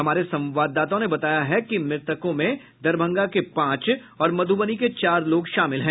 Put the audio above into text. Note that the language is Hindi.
हमारे संवाददाताओं ने बताया कि मृतकों में दरभंगा के पांच और मधुबनी के चार लोग शामिल हैं